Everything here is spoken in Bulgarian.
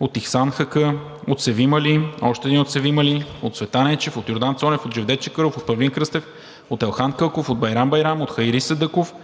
от Ихсан Хаккъ, Севим Али, още един от Севим Али, от Цветан Енчев, от Йордан Цонев, от Джевдет Чакъров, от Павлин Кръстев, от Елхан Кълков, от Байрам Байрам, от Хайри Садъков,